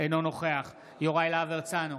אינו נוכח יוראי להב הרצנו,